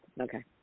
Okay